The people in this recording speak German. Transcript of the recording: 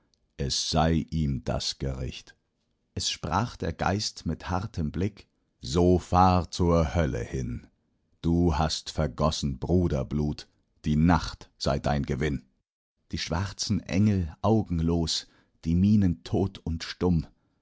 es sei ihm das gericht es sprach der geist mit hartem blick so fahr zur hölle hin du hast vergossen bruderblut die nacht sei dein gewinn die schwarzen engel augenlos mit mienen tot und stumm